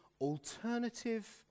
Alternative